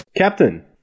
Captain